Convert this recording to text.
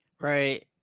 Right